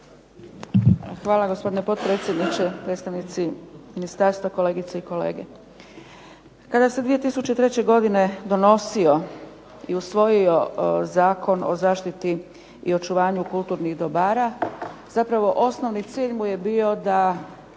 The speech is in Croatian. Hvala gospodine potpredsjedniče, predstavnici ministarstva, kolegice i kolege. Kada se 2003. godine donosio i usvojio Zakon o zaštiti i očuvanju kulturnih dobara, zapravo osnovni cilj mu je bio da